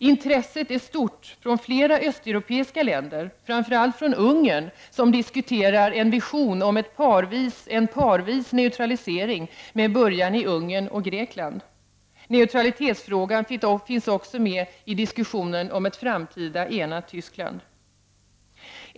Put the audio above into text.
Intresset är stort från flera östeuropeiska länder, framför allt från Ungern, som diskuterat visionen om parvis neutralisering med början i Ungern och Grekland. Neutralitetsfrågan finns också med i diskussionen om ett framtida enat Tyskland.